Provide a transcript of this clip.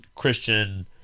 christian